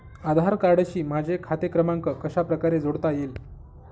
आधार कार्डशी माझा खाते क्रमांक कशाप्रकारे जोडता येईल?